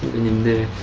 in the